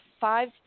five